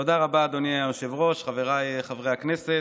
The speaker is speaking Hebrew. תודה רבה, אדוני היושב-ראש, חבריי חברי הכנסת,